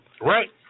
Right